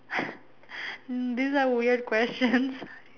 hmm this are weird questions